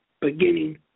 beginning